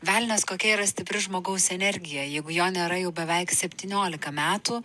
velnias kokia yra stipri žmogaus energija jeigu jo nėra jau beveik septyniolika metų